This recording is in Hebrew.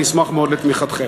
אני אשמח מאוד על תמיכתכם.